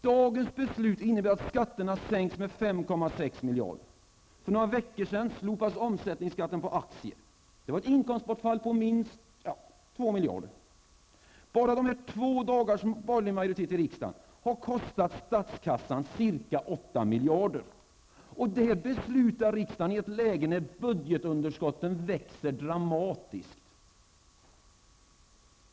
Dagens beslut innebär att skatterna sänks med ca 5,6 miljarder. För några veckor sedan slopades omsättningsskatten på aktier. Det var ett inkomstbortfall på ca 2 miljarder. Bara dessa två dagars borgerlig majoritet i riksdagen har kostat statskassan ca 8 miljarder. Detta beslutar riksdagen i ett läge när budgetunderskotten växer dramatiskt.